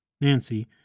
Nancy